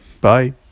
Bye